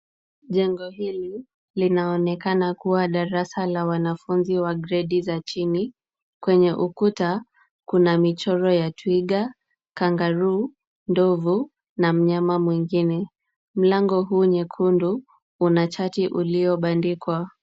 Jengo hili linaonekana kuwa darasa la wanafunzi wa gredi za chini. Kwenye ukuta kuna michoro ya twiga, kangaroo, ndovu na mnyama mwingine. Mlango huu nyekundu una chati uliobandikwa.